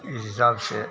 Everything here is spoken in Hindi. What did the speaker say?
इस हिसाब से